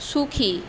সুখী